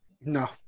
No